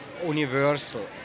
universal